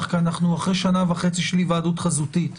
כי אנחנו אחרי שנה וחצי של היוועדות חזותית.